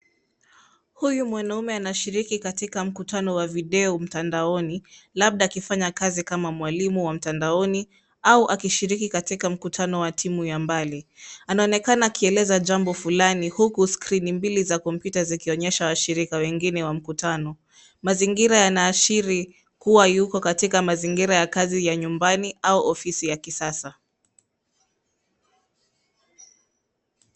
Huyu mwanaume anashiriki katika mkutano wa video mtandaoni, labda akifanya kazi kama mwalimu wa mtandaoni au akishiriki katika mkutano wa timu ya mbali. Anaonekana akieleza jambo fulani huku skrini mbili za kompyuta zikionyesha washirika wengine wa mkutano. Mazingira yanaashiri kuwa yuko katika mazingira ya kazi ya nyumbani au ofisi ya kisasa.